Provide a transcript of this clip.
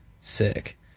sick